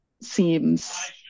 seems